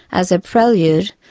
as ah prelude,